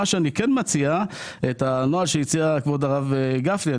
אני מוכן לקבל את הנוהל שהציע כבוד הרב גפני,